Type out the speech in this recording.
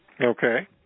Okay